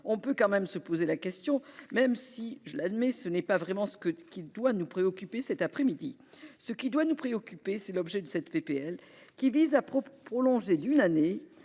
On peut tout de même se poser la question, même si, je l'admets, ce n'est pas vraiment ce qui doit nous préoccuper cet après-midi. Ce qui doit nous préoccuper, c'est l'objet de cette proposition de loi, qui vise à prolonger d'une année,